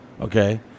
okay